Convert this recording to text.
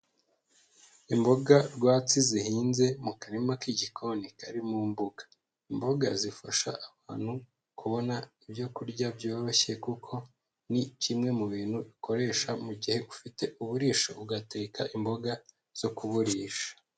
Imboga rwatsi zihinze mu karima k'igikoni kari mu mbuga, imboga zifasha abantu kubona ibyo kurya byoroshye kuko ni kimwe mu bintu ukoresha mu gihe ufite uburisho, ugateka imboga zo kuburisha.